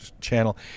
channel